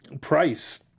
Price